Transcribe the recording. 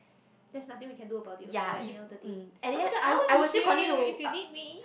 there's nothing we can do about it also like the days oh-my-god I will be here if you need me